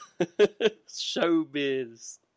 Showbiz